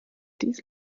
dies